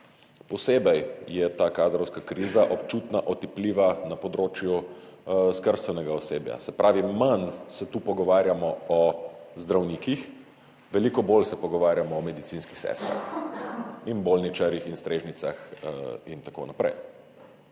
Posebej je ta kadrovska kriza občutno otipljiva na področju skrbstvenega osebja, se pravi, manj se tu pogovarjamo o zdravnikih, veliko bolj se pogovarjamo o medicinskih sestrah in bolničarjih in strežnicah in tako naprej.